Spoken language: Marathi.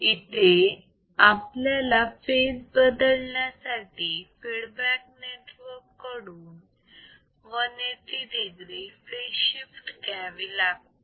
इथे आपल्याला फेज बदलण्यासाठी फीडबॅक नेटवर्क कडून 180 degree फेज शिफ्ट घ्यावी लागते